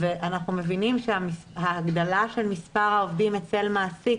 אנחנו מבינים שההגדלה של מספר העובדים אצל מעסיק,